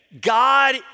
God